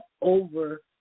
over